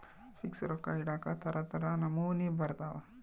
fix ರೊಕ್ಕ ಇಡಾಕ ತರ ತರ ನಮೂನಿ ಬರತವ